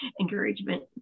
encouragement